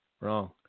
wrong